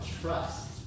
trust